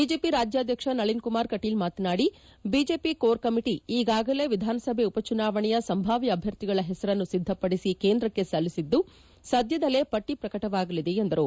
BJP ರಾಜ್ಕಾಧ್ವಕ್ಷ Nalin Kumar Kateel ಮಾತನಾಡಿ BJP core committee ಈಗಾಗಲೇ ವಿಧಾನಸಭೆ ಉಪಚುನಾವಣೆಯ ಸಂಭಾವ್ಯ ಅಭ್ಯರ್ಥಿಗಳ ಹೆಸರನ್ನು ಸಿದ್ಧಪಡಿಸಿ ಕೇಂದ್ರಕ್ಕೆ ಸಲ್ಲಿಸಿದ್ದು ಸಧ್ಯದಲ್ಲೇ ಪಟ್ಟ ಪ್ರಕಟವಾಗಲಿದೆ ಎಂದರು